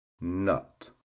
nut